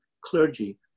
clergy